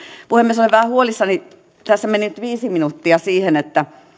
puhemies olen vähän huolissani tässä meni nyt viisi minuuttia siihen että